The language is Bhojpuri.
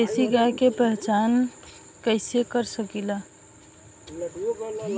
देशी गाय के पहचान कइसे कर सकीला?